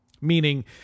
meaning